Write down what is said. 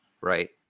right